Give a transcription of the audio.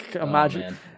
Imagine